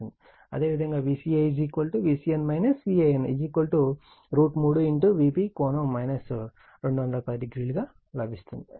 అదేవిధంగా Vca Vcn Van 3 Vp ∠ 2100 లభిస్తుంది